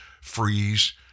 freeze